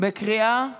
בקריאה שנייה.